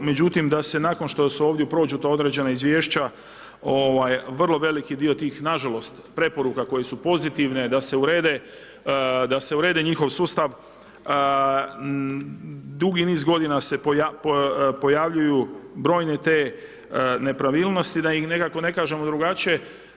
Međutim, da se nakon što ovdje prođu ta određena izvješća, vrlo veliki dio tih nažalost preporuka koje su pozitivne da se urede, da se uredi njihov sustav, dugi niz godina se pojavljuju brojne te nepravilnosti da i nekako ne kažemo drugačije.